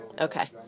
Okay